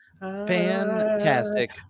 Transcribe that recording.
Fantastic